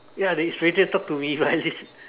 ya they is ready to talk to me but at least